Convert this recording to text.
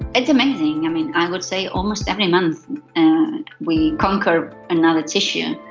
and amazing. i mean, i would say almost every month we conquer another tissue.